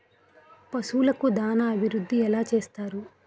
పశువులకు దాన అభివృద్ధి ఎలా చేస్తారు?